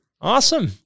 Awesome